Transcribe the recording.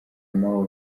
mao